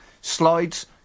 Slides